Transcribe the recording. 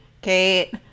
Kate